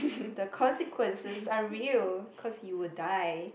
the consequences are real because you will die